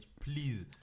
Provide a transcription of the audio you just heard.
Please